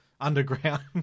Underground